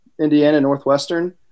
Indiana-Northwestern